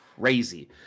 crazy